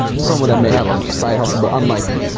some of them may have a side hustle, but unlikely.